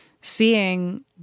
seeing